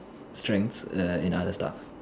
strengths ya and in other stuff